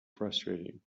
frustrating